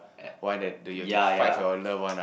one that that you have to fight for your love one ah